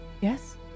Yes